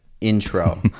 intro